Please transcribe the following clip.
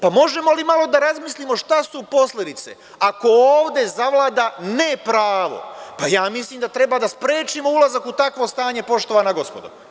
Pa, možemo li malo da razmislimo šta su posledice, ako ovde zavlada ne pravo, pa ja mislim da treba da sprečimo ulazak u takvo stanje, poštovana gospodo.